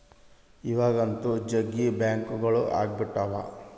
ಇವಾಗಂತೂ ಜಗ್ಗಿ ಬ್ಯಾಂಕ್ಗಳು ಅಗ್ಬಿಟಾವ